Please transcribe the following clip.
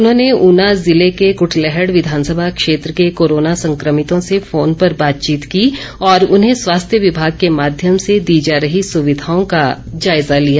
उन्होंने ऊना जिले के कूटलैहड़ विधानसभा क्षेत्र के कारोना संक्रमितों से फोन पर बातचीत की और उन्हें स्वास्थ्य विभाग के माध्यम से दी जा रही सुविधाओं का जायजा लिया